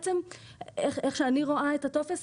איך שאני רואה את הטופס,